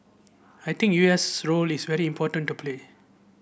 I think U S role is very important to play